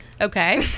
Okay